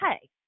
hey